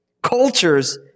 Cultures